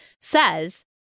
says